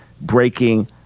breaking